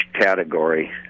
category